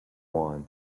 wand